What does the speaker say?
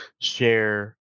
share